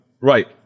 right